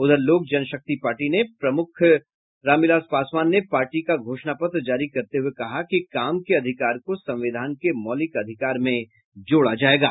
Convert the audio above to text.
उधर लोक जनशक्ति पार्टी प्रमुख रामविलास पासवान ने पार्टी का घोषणा पत्र जारी करते हुये कहा कि काम के अधिकार को संविधान के मौलिक अधिकार में जोड़ा जायेगा